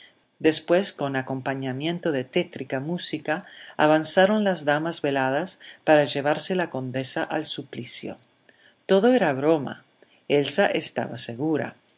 después con acompañamiento de tétrica música avanzaron las damas veladas para llevarse la condesa al suplicio todo era broma elsa estaba segura